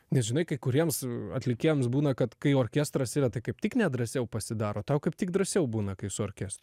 nes žinai kai kuriems atlikėjams būna kad kai orkestras yra tai kaip tik ne drąsiau pasidaro tau kaip tik drąsiau būna kai su orkestru